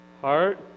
Heart